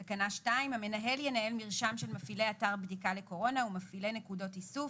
2. המנהל ינהל מרשם של מפעילי אתר בדיקה לקורונה ומפעילי נקודות איסוף